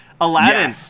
Aladdin